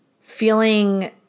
Feeling